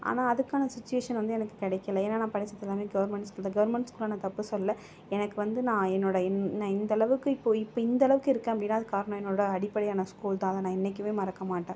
ஆனால் அதுக்கான சிச்சுவேஷன் வந்து எனக்கு கிடைக்கல ஏன்னால் நான் படித்தது வந்து கவர்மெண்ட் ஸ்கூல் தான் கவர்மெண்ட் ஸ்கூலை நான் தப்பு சொல்லலை எனக்கு வந்து நான் என்னோடய நான் இந்த அளவுக்கு இப்போது இப்போ இந்த அளவுக்கு இருக்கேன் அப்படினா காரணம் என்னோடய அடிப்படையான ஸ்கூல் தான் அதை நான் என்றைக்குமே மறக்கமாட்டேன்